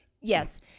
Yes